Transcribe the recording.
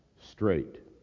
straight